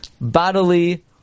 bodily